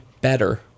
better